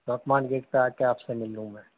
Turkman gate پہ آ کے آپ سے مل لوں میں